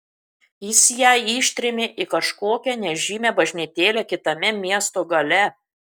jis ją ištrėmė į kažkokią nežymią bažnytėlę kitame miesto gale